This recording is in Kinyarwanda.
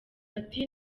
ati